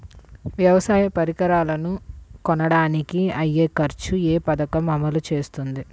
వ్యవసాయ పరికరాలను కొనడానికి అయ్యే ఖర్చు ఏ పదకము అమలు చేస్తుంది?